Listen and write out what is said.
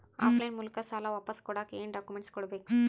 Of line ಮೂಲಕ ಸಾಲ ವಾಪಸ್ ಕೊಡಕ್ ಏನು ಡಾಕ್ಯೂಮೆಂಟ್ಸ್ ಕೊಡಬೇಕು?